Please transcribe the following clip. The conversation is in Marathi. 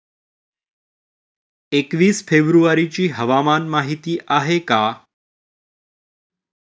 एकवीस फेब्रुवारीची हवामान माहिती आहे का?